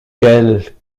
qu’elle